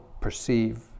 perceive